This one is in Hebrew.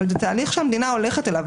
זה תהליך שהמדינה הולכת אליו.